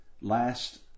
last